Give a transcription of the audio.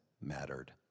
mattered